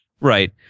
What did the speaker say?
Right